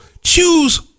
choose